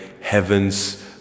heaven's